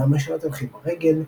למה שלא תלכי ברגל",